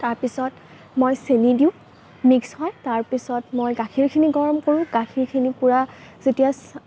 তাৰপিছত মই চেনি দিওঁ মিক্স হয় তাৰপিছত মই গাখীৰখিনি গৰম কৰোঁ গাখীৰখিনি পুৰা যেতিয়া